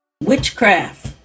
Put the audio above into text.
witchcraft